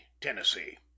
Tennessee